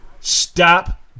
stop